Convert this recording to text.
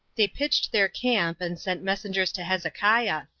they pitched their camp, and sent messengers to hezekiah,